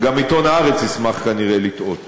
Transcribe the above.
גם עיתון "הארץ" ישמח, כנראה, לטעות.